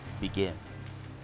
begins